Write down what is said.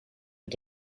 het